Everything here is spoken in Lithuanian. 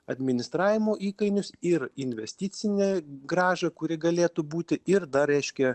administravimo įkainius ir investicinę grąžą kuri galėtų būti ir dar reiškia